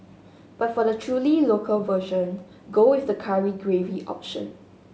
but for the truly local version go with the curry gravy option